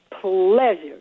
pleasure